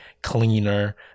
cleaner